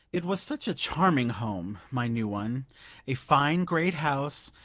it was such a charming home my new one a fine great house,